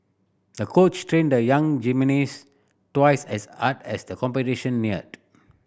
the coach trained the young gymnast twice as hard as the competition neared